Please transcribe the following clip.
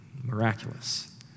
Miraculous